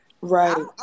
right